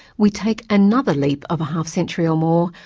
we take another leap of a half century or more,